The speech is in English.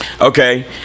Okay